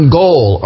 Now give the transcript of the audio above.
goal